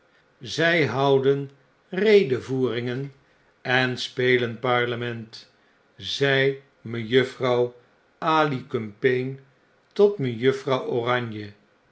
zy houden redevoeringen en spelen parlement zei mejuffrouw alicumpaine tot mejuffrouw oranje